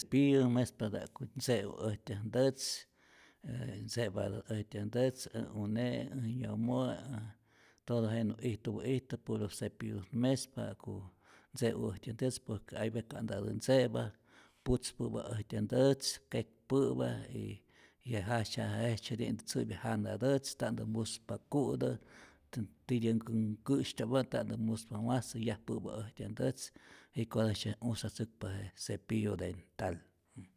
Tiyä mespatä ja'ku't ntze'u äjtyän ntätz, ee ntze'patät äjtyät ntätz, äj une', äj yomo', äj todo jenäs ijtupä'istä puro cepillutät mespa ja'ku ntze'u äjtyä ntätz, por que hay vece ka'ntatä ntze'pa putzpä'pa äjtyä ntätz, kekpä'pä y je jajtzya jejtzyeti'ntäá tzä'pya jana tätz, nta'ntä muspa ku'tä kä ntityä nkä nkä'sytyo'pa, nta'ntä muspa wasä, yajpä'pä äjtyä ntätz, jiko'ntäjtzye usatzäkpa je cepillo dental.